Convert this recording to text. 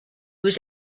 was